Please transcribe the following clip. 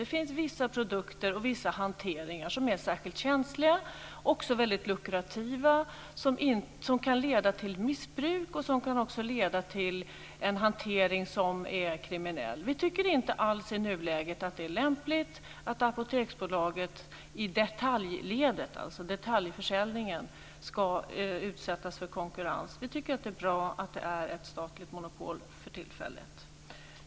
Det finns vissa produkter och vissa hanteringar som är särskilt känsliga och också väldigt lukrativa. De kan leda till missbruk och till en hantering som är kriminell. Vi tycker inte alls i nuläget att det är lämpligt att Apoteksbolaget i detaljledet, alltså detaljförsäljningen, ska utsättas för konkurrens. Vi tycker att det är bra att det är ett statligt monopol för tillfället.